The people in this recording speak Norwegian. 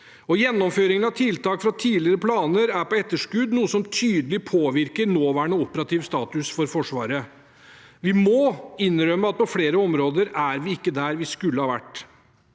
Gjennomføringen av tiltak fra tidligere planer er på etterskudd, noe som tydelig påvirker nåværende operativ status for Forsvaret. Vi må innrømme at på flere områder er vi ikke der vi skulle ha vært.